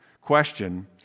question